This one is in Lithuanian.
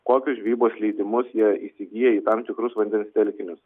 kokius žvejybos leidimus jie įgyja į tam tikrus vandens telkinius